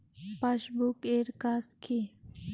Passbook এর কাজ কি?